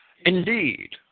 Indeed